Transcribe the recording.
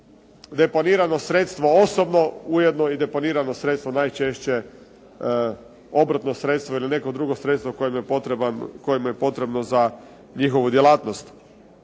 deponirano sredstvo osobno, ujedno i deponirano sredstvo najčešće obrtno sredstvo ili neko drugo sredstvo koje mu je potrebno za njihovu djelatnost.